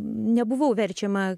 nebuvau verčiama